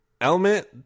element